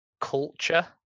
culture